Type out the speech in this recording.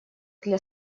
для